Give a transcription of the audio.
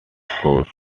coast